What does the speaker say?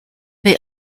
they